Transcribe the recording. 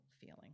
feeling